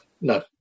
no